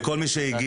לכל מי שהגיע.